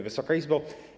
Wysoka Izbo!